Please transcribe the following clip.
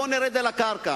בואו נרד אל הקרקע.